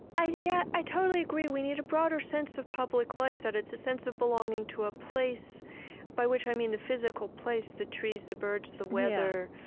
yeah, i totally agree. we need a broader sense of public life, that it's a sense of belonging to a place by which i mean the physical place, the trees, the birds, the weather.